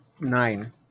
nine